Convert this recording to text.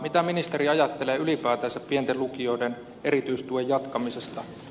mitä ministeri ajattelee ylipäätänsä pienten lukioiden erityistuen jatkamisesta